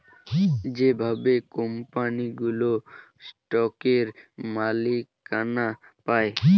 যেভাবে কোম্পানিগুলো স্টকের মালিকানা পায়